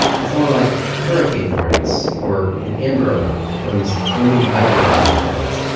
it's more like hurricane warnings or an amber alert that comes uninvited on our phones.